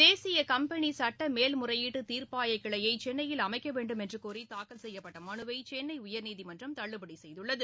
தேசிய கம்பெனி சட்ட மேல்முறையீட்டு தீர்பபாய கிளையை சென்னையில் அமைக்க வேண்டுமென்று கோரி தாக்கல் செய்யப்பட்ட மனுவை சென்னை உயா்நீதிமன்றம் தள்ளுபடி செய்துள்ளது